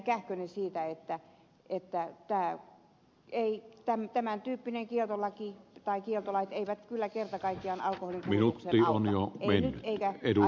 kähkönen siitä että tämän tyyppinen kieltolaki tai kieltolait eivät kyllä kerta kaikkiaan alkoholin kulutukseen auta eivät nyt eivätkä aikaisemminkaan